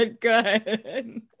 good